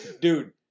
Dude